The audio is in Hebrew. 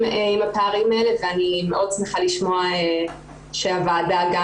עם הפערים האלה ואני מאוד שמחה לשמוע שהוועדה גם